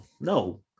no